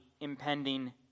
impending